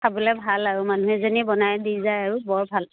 খাবলৈ ভাল আৰু মানুহ এজনীয়ে বনাই দি যায় আৰু বৰ ভাল